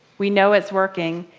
we know it's working.